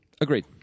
Agreed